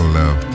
love